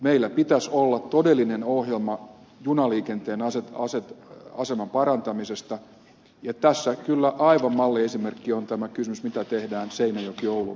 meillä pitäisi olla todellinen ohjelma junaliikenteen aseman parantamisesta ja tässä kyllä aivan malliesimerkki on kysymys siitä mitä tehdään seinäjokioulu välille